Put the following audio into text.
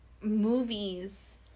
movies